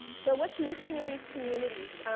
so what's missing in these communities?